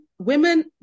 women